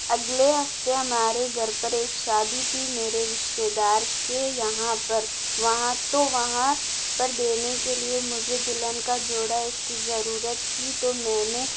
اگلے ہفتے ہمارے گھر پر ایک شادی تھی میرے رشتے دار کے یہاں پر وہاں تو وہاں پر دینے کے لیے مجھے دلہن کا جوڑا اس کی ضرورت تھی تو میں نے